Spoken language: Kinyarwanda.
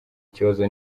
ikibazo